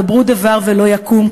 דברו דבר ולא יקום,